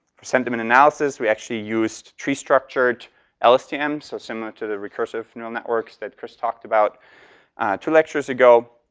sentiment analysis. we actually used tree structured lstm so similar to the recursive neural networks that chris talked about two lectures ago.